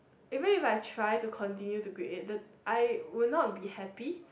even if I try to continue to grade eight I would not be happy